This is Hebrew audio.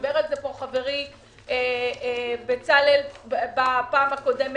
דיבר על זה פה חברי בצלאל בפעם הקודמת.